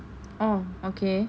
oh okay